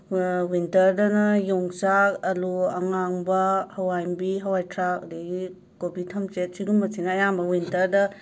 ꯋꯤꯟꯇꯔꯗꯅ ꯌꯣꯡꯆꯥꯛ ꯑꯂꯨ ꯑꯉꯥꯡꯕ ꯍꯋꯥꯏꯃꯨꯕꯤ ꯍꯋꯥꯢꯊꯔꯥꯛ ꯑꯗꯒꯤ ꯀꯣꯕꯤ ꯊꯝꯆꯦꯠ ꯁꯤꯒꯨꯝꯕꯁꯤꯅ ꯑꯌꯥꯝꯕ ꯋꯤꯟꯇꯔꯗ